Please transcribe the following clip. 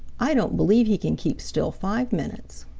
i don't believe he can keep still five minutes.